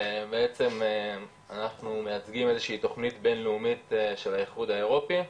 אנחנו מייצגים איזו שהיא תכנית בינלאומית של האיחוד האירופי,